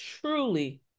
Truly